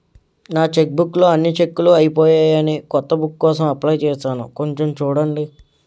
నా చెక్బుక్ లో అన్ని చెక్కులూ అయిపోయాయని కొత్త బుక్ కోసం అప్లై చేసాను కొంచెం చూడండి